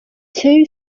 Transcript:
two